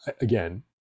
again